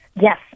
Yes